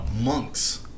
monks